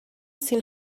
seen